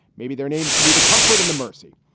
maybe their names could be the comfort and the mercy.